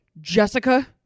Jessica